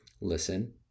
Listen